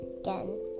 again